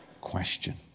question